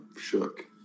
shook